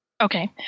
Okay